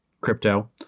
crypto